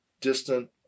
distant